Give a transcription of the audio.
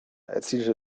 erzielte